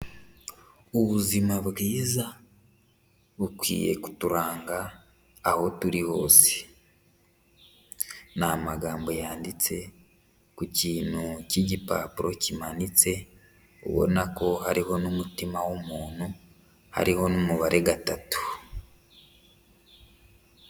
Ubuzima bwiza bukwiye kuturanga aho turi hose, ni amagambo yanditse ku kintu cy'igipapuro kimanitse, ubona ko hariho n'umutima w'umuntu, hariho n'umubare gatatu.